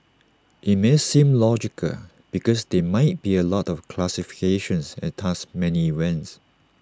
IT may seem logical because there might be A lot of classifications and thus many events